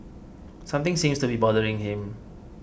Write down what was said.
something seems to be bothering him